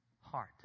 heart